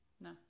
No